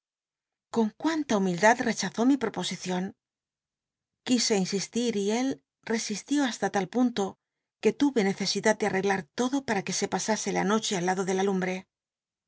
con cminta humildad cchazó mi proposicion quise insistir y él resistió hasta la punto que tuve necesidad de anc lat lodo p ll'a que pasase la noche aliado de la lumbre